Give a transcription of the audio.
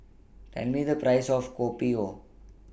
Tell Me The Price of Kopi O